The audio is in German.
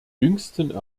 jüngsten